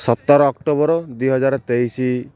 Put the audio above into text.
ସତର ଅକ୍ଟୋବର ଦୁଇ ହଜାର ତେଇଶି